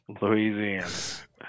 Louisiana